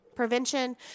prevention